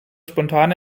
spontane